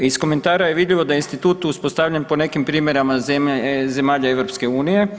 Iz komentara je vidljivo da je institut uspostavljen po nekim primjerima zemalja EU.